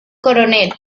coronel